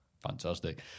Fantastic